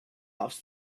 off